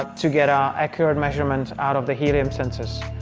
to get our accurate measurement out of the helium sensors,